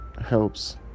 helps